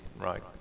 right